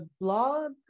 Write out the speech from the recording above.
blog